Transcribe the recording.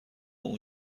اون